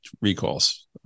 recalls